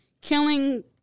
killing